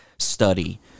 study